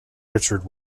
richard